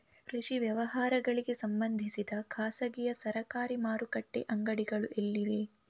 ಕೃಷಿ ವ್ಯವಹಾರಗಳಿಗೆ ಸಂಬಂಧಿಸಿದ ಖಾಸಗಿಯಾ ಸರಕಾರಿ ಮಾರುಕಟ್ಟೆ ಅಂಗಡಿಗಳು ಎಲ್ಲಿವೆ?